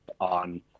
on